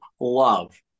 love